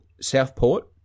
Southport